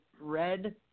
red